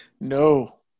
No